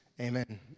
Amen